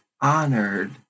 honored